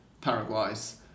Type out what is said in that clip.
Paraguay's